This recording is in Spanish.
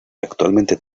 actualmente